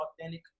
authentic